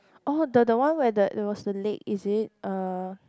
oh the the one where that it was the lake is it uh